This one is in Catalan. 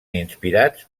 inspirats